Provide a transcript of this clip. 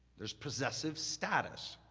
there's possessive status.